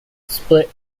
split